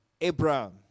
Abraham